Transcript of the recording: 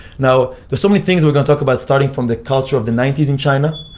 now, there's so many things we're gonna talk about starting from the culture of the nineties in china,